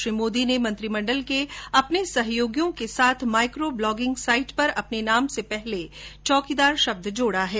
श्री मोदी ने मंत्रिमंडल के अपने सहयोगियों के साथ माइक्रो ब्लोगिंग साइट पर अपने नाम से पहले श्चौकीदारश जोड़ा है